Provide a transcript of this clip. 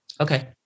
Okay